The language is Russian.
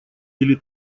или